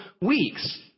weeks